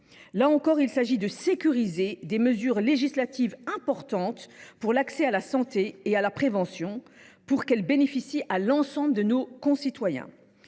Là encore, il s’agit de sécuriser des mesures législatives importantes pour l’accès à la santé et à la prévention, afin qu’elles bénéficient à l’ensemble de nos concitoyens.